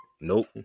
Nope